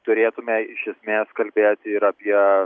turėtume iš esmės kalbėti ir apie